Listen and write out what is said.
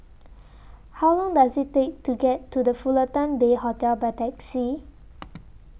How Long Does IT Take to get to The Fullerton Bay Hotel By Taxi